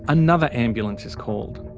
another ambulance is called.